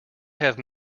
have